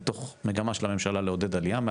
מתוך המגמה של הממשלה לעודד עלייה.